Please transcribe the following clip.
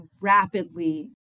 rapidly